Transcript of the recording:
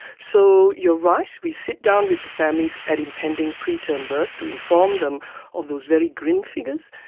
so you're right, we sit down with the families at impending preterm birth to inform them of those very grim figures,